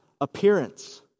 appearance